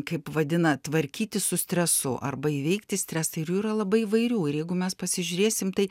kaip vadina tvarkytis su stresu arba įveikti stresą ir jų yra labai įvairių ir jeigu mes pasižiūrėsim tai